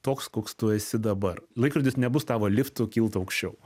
toks koks tu esi dabar laikrodis nebus tavo liftu kilt aukščiau